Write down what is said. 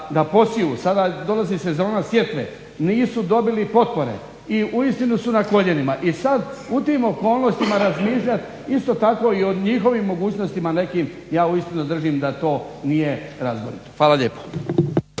posiju. Sada dolazi sezona sjetve, nisu dobili potpore i uistinu su na koljenima. I sad u tim okolnostima razmišljat isto tako i o njihovim mogućnostima nekim, ja uistinu držim da to nije razborito. Hvala lijepo.